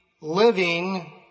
living